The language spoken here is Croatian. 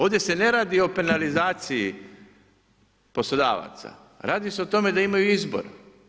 Ovdje se ne radi o penalizaciji poslodavaca, radi se o tome da imaju izbor.